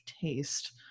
taste